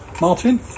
Martin